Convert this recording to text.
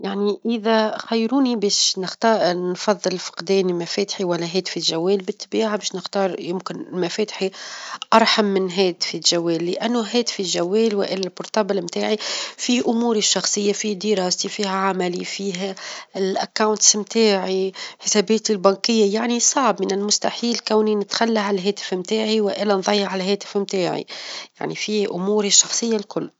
يعني إذا خيروني باش -نختا- نفظل لفقداني مفاتحي، ولا هاتفي الجوال، بالطبيعة باش نختار يمكن مفاتحي أرحم من هاتفي الجوال؛ لأنه هاتفي الجوال، والا التليفون متاعي فيه أموري الشخصية، فيه دراستي، فيه عملي، فيه الحسابات متاعي، حساباتي البنكية يعني صعب، من المستحيل كوني نتخلى على الهاتف متاعي، والا نظيع الهاتف متاعي، يعني فيه أموري الشخصية الكل.